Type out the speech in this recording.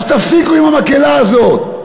אז תפסיקו עם המקהלה הזאת.